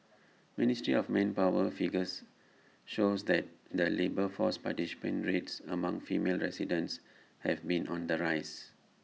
ministry of manpower figures shows that the labour force participation rates among female residents have been on the rise